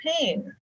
pain